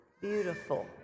beautiful